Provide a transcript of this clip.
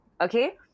okay